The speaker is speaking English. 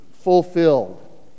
fulfilled